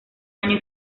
año